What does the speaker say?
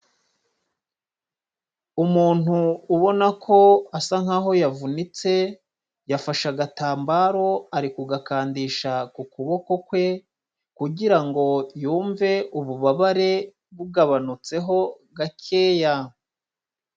Umuntu ubona ko asa nk'aho yavunitse, yafashe agatambaro ari kugakandisha ku kuboko kwe kugira ngo yumve ububabare bugabanutseho gakeya.